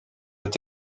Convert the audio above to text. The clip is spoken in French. est